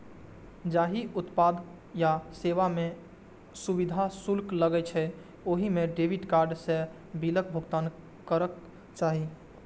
जाहि उत्पाद या सेवा मे सुविधा शुल्क लागै छै, ओइ मे डेबिट कार्ड सं बिलक भुगतान करक चाही